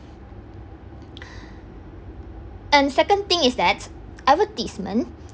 and second thing is that advertisement